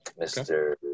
Mr